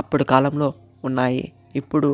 అప్పుడు కాలంలో ఉన్నాయి ఇప్పుడు